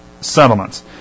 settlements